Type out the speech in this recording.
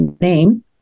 name